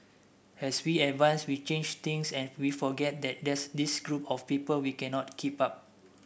as we advance we change things and we forget that there's this group of people we cannot keep up